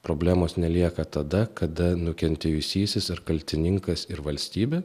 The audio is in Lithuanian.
problemos nelieka tada kada nukentėjusysis ir kaltininkas ir valstybė